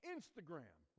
Instagram